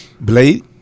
Blade